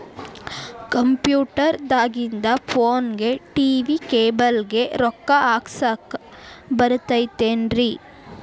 Computer ದಾಗಿಂದ್ ಫೋನ್ಗೆ, TV cable ಗೆ, ರೊಕ್ಕಾ ಹಾಕಸಾಕ್ ಬರತೈತೇನ್ರೇ?